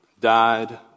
died